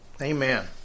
Amen